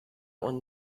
one